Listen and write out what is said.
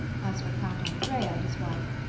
as for count andrea and his wife,